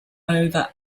over